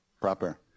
proper